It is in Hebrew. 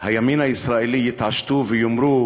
הימין הישראלי יתעשתו ויאמרו